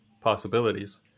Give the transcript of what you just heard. possibilities